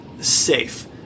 safe